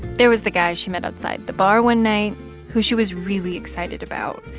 there was the guy she met outside the bar one night who she was really excited about.